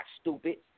stupid